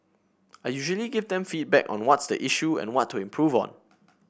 I usually give them feedback on what's the issue and what to improve on